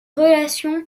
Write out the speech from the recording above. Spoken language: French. relations